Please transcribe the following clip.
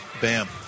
Bam